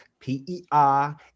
p-e-r